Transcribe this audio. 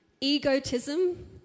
egotism